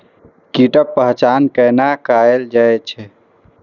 कीटक पहचान कैना कायल जैछ?